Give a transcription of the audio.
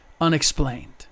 unexplained